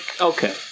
okay